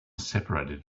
separated